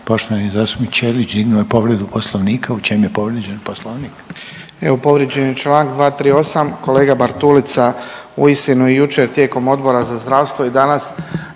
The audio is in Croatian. Poštovani zastupnik Ćelić dignuo je povredu Poslovnika. U čemu je povrijeđen Poslovnik?